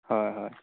হয় হয়